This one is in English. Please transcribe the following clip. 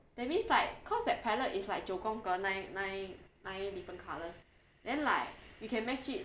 that means like because that palette is like 九空格 nine nine nine different colours then like we can match it